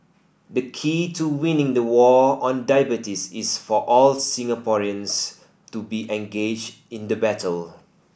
the key to winning the war on diabetes is for all Singaporeans to be engaged in the battle